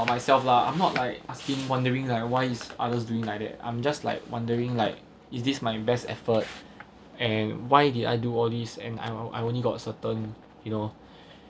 myself lah I'm not Iike asking wondering like why is others doing like that I'm just like wondering like is this my best effort and why did I do all these and I I only got certain you know